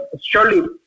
surely